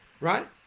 right